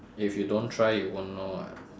if you don't try it you won't know what